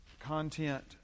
content